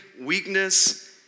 weakness